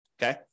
Okay